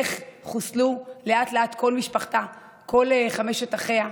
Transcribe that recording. איך חוסלו לאט-לאט כל בני משפחתה, כל חמשת אחיה.